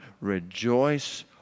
rejoice